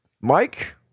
Mike